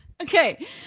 Okay